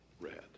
red